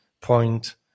point